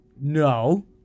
No